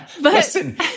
Listen